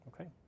Okay